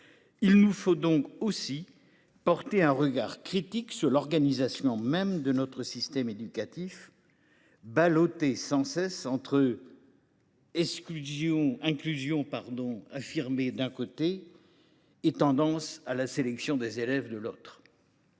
que nous portions aussi un regard critique sur l’organisation même de notre système éducatif, balloté sans cesse entre inclusion affirmée, d’un côté, et tendance à la sélection des élèves, de l’autre.